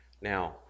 Now